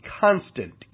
constant